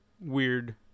weird